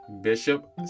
bishop